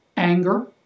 anger